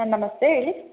ma'am ನಮಸ್ತೆ ಹೇಳಿ